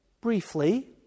briefly